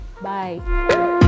Bye